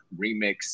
remix